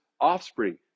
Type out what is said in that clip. offspring